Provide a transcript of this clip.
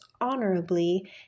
honorably